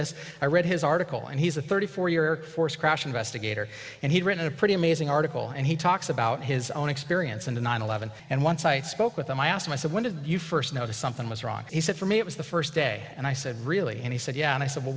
this i read his article and he's a thirty four year force crash investigator and he's written a pretty amazing article and he talks about his own experience on the nine eleven and once i spoke with him i asked him i said when did you first notice something was wrong he said for me it was the first day and i said really and he said yeah and i said well